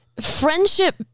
friendship